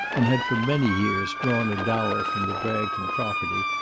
and had for many years drawn a dower from the bragton property,